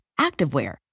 activewear